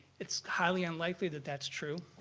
it's highly unlikely that that's true.